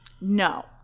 No